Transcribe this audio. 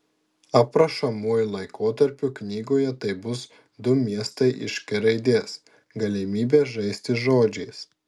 aprašomuoju laikotarpiu knygoje tai bus du miestai iš k raidės galimybė žaisti žodžiais